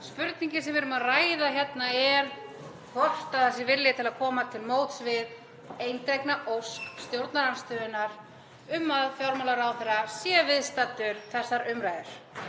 Spurningin sem við erum að ræða hérna er hvort það sé vilji til að koma til móts við eindregna ósk stjórnarandstöðunnar um að fjármálaráðherra sé viðstaddur þessar umræður.